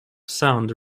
sound